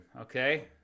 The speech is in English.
Okay